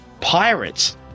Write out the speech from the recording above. pirates